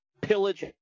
pillage